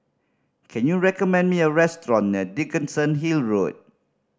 can you recommend me a restaurant near Dickenson Hill Road